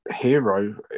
hero